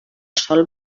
sol